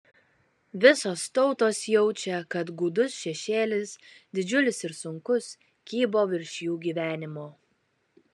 visos tautos jaučia kad gūdus šešėlis didžiulis ir sunkus kybo virš jų gyvenimo